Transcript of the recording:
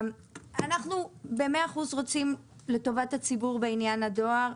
אנחנו במאה אחוז רוצים את טובת הציבור בעניין הדואר.